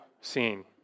scene